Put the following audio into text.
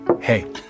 hey